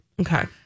Okay